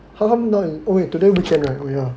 how come not oh yea today weekend right oh yeah